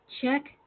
check